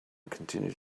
continued